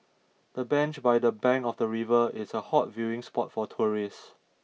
the bench by the bank of the river is a hot viewing spot for tourists